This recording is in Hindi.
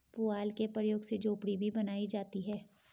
पुआल के प्रयोग से झोपड़ी भी बनाई जाती है